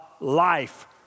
life